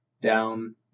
Down